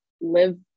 live